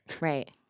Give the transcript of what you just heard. Right